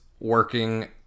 working